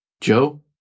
Joe